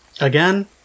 Again